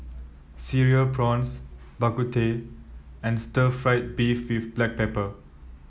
Cereal Prawns Bak Kut Teh and Stir Fried Beef with Black Pepper